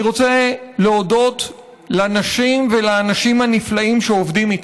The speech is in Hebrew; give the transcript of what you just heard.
אני רוצה להודות לנשים ולאנשים הנפלאים שעובדים איתי.